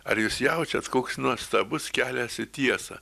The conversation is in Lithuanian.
ar jūs jaučiat koks nuostabus kelias į tiesą